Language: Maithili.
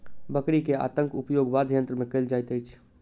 बकरी के आंतक उपयोग वाद्ययंत्र मे कयल जाइत अछि